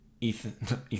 Ethan